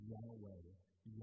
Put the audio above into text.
Yahweh